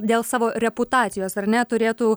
dėl savo reputacijos ar ne turėtų